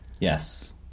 yes